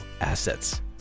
assets